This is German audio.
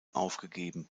aufgegeben